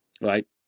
Right